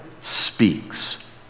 speaks